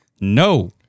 no